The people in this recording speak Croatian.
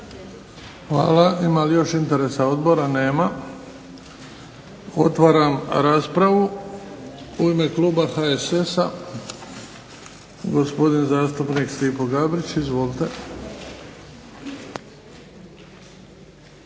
Hvala. Ima li još interesa odbora? Nema. Otvaram raspravu. U ime kluba HSS-a, gospodin zastupnik Stipo Gabrić. Izvolite.